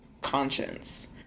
conscience